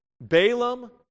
Balaam